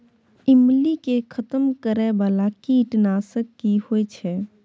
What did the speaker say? ईमली के खतम करैय बाला कीट नासक की होय छै?